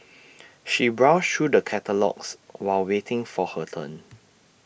she browsed through the catalogues while waiting for her turn